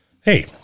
Hey